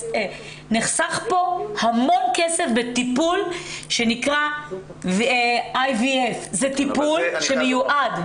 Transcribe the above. נחסך פה המון כסף בטיפול שנקרא IVF. זה טיפול שמיועד,